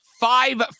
five